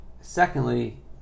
Secondly